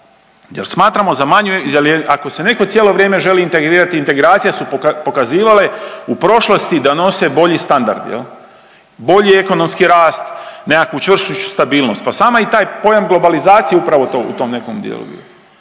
jer je, ako se netko cijelo vrijeme želi integrirati, integracije su pokazivale u prošlosti da nose bolji standard jel, bolji ekonomski rast, nekakvu čvršću stabilnost pa sama i taj pojam globalizacije upravo u tom nekom dijelu.